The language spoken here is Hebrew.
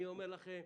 אני אומר לכם,